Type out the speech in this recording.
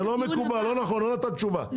לא נכון לא נתת תשובה,